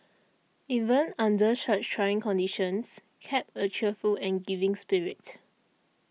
even under such trying conditions kept a cheerful and giving spirit